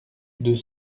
deux